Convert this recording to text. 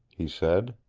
he said.